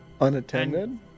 Unattended